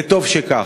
וטוב שכך.